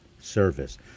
service